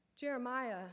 Jeremiah